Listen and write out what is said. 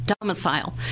Domicile